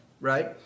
right